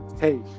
hey